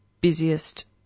busiest